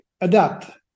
adapt